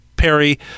Perry